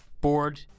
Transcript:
board